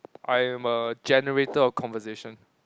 I am a generator of conversation